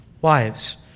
wives